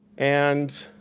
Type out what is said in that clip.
and